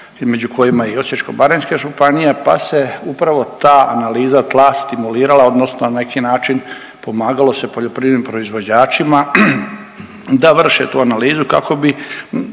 među kojima je i Osječko-baranjska županija, pa se upravo ta analiza tla stimulirala odnosno na neki način pomagalo se poljoprivrednim proizvođačima da vrše tu analizu kako bi